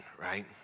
right